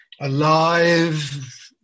alive